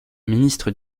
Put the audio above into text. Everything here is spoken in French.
ministre